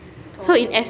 so in